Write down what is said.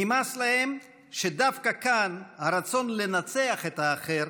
נמאס להם שדווקא כאן הרצון לנצח את האחר